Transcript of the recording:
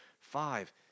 five